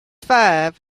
five